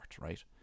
right